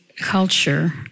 culture